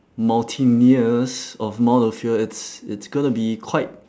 mountaineers of mount ophir it's it's gonna be quite